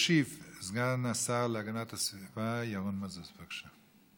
ישיב סגן השר להגנת הסביבה ירון מזוז, בבקשה.